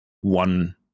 one